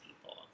people